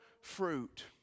fruit